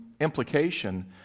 implication